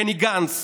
ובני גנץ